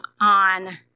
on